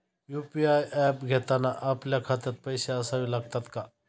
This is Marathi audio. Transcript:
यु.पी.आय ऍप घेताना आपल्या खात्यात पैसे असावे लागतात का?